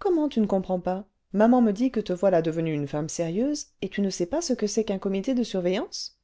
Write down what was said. comment tu ne comprends pas maman me dit que te voilà devenue une femme sérieuse et tu ne sais pas ce que c'est qu'un comité cle surveillance